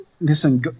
listen